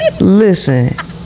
Listen